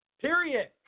Period